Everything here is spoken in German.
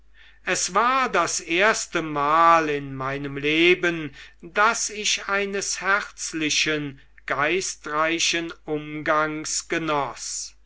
es war das erste mal in meinem leben daß ich eines herzlichen geistreichen umgangs genoß